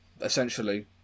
essentially